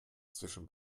zwischen